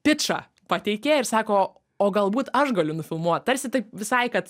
pičą pateikė ir sako o galbūt aš galiu nufilmuot tarsi taip visai kad